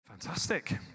Fantastic